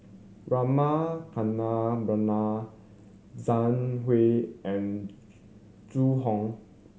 Rama Kannabiran Zhang Hui and Zhu Hong